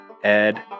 ed